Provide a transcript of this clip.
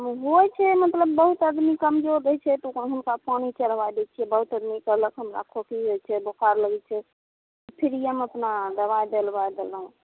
हूँ होइ छै मतलब बहुत आदमी कमजोर रहै छै तऽ हुनका पानि चढ़बाए दै छियै बहुत आदमी कहलक हमरा खोखी होइ छै बोखार लगै छै फिरिएमे अपना दबाइ देलबाए देलहुॅं